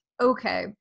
Okay